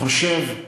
אני חושב,